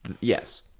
yes